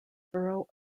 borough